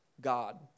God